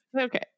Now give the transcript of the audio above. Okay